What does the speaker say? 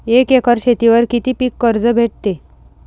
एक एकर शेतीवर किती पीक कर्ज भेटते?